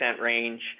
range